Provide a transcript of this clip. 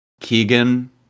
Keegan